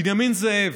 בנימין זאב,